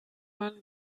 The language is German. man